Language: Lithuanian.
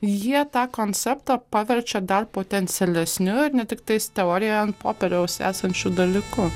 jie tą konceptą paverčia dar potencialesniu ne tiktais teorija an popieriaus esančiu dalyku